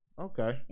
Okay